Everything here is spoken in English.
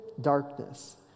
darkness